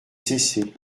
cessé